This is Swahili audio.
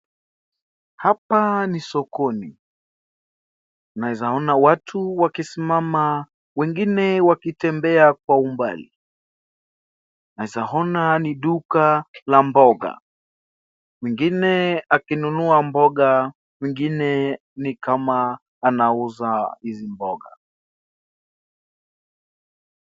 Hapa ni sokoni, naeza ona watu wakisimama wengine wakitembea kwa umbali. Naweza ona ni duka la mboga, mwingine akinunua mboga, mwingine ni kama akiuza hizi mboga.